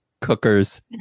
Cookers